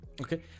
Okay